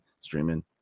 streaming